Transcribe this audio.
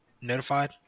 notified